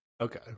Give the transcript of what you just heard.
Okay